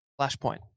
Flashpoint